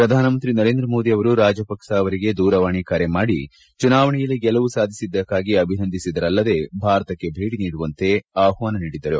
ಪ್ರಧಾನಮಂತ್ರಿ ನರೇಂದ್ರ ಮೋದಿ ಅವರು ರಾಜಪಕ್ಷ ಅವರಿಗೆ ದೂರವಾಣಿ ಕರೆ ಮಾಡಿ ಚುನಾವಣೆಯಲ್ಲಿ ಗೆಲುವು ಸಾಧಿಸಿದ್ದಕ್ಕೆ ಅಭಿನಂದಿಸಿದ್ದರಲ್ಲದೆ ಭಾರತಕ್ಕೆ ಭೇಟಿ ನೀಡುವಂತೆ ಆಹ್ವಾನ ನೀಡಿದ್ದರು